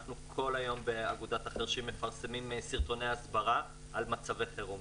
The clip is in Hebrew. אנחנו כל היום באגודת החירשים מפרסמים סרטוני הסברה על מצבי חירום.